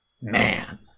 man